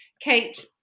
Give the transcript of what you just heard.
Kate